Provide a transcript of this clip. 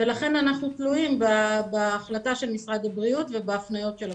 ולכן אנחנו תלויים בהחלטה של משרד הבריאות ובהפניות של הקופות.